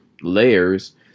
layers